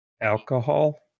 Alcohol